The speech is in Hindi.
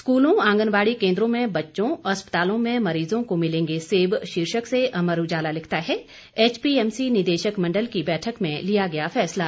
स्कूलों आंगनबाड़ी केंद्रों में बच्चों अस्पतालों में मरीजों को मिलेंगे सेब शीर्षक से अमर उजाला लिखता है एचपीएमसी निदेशक मंडल की बैठक में लिया गया फैसला